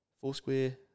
Foursquare